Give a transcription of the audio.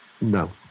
No